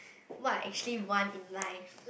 what I actually want in life